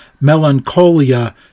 melancholia